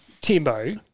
Timbo